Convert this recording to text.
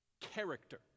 character